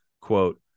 quote